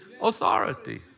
authority